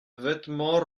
vêtements